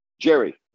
Jerry